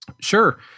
Sure